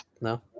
No